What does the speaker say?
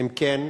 2. אם כן,